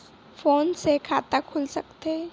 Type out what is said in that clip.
Phone से खाता खुल सकथे?